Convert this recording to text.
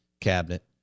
cabinet